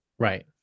Right